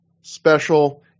special